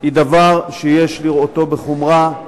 היא דבר שיש לראותו בחומרה.